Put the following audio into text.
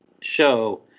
show